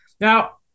Now